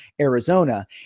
Arizona